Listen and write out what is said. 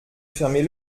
fermer